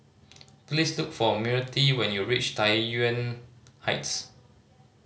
please look for Myrtie when you reach Tai Yuan Heights